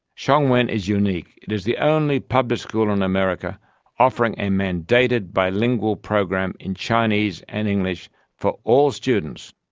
shuang wen is unique. it is the only public school in america offering a mandated bilingual program in chinese and english for all students.